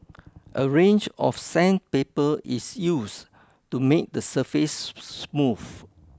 a range of sandpaper is used to make the surface smooth